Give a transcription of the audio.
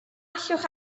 allwch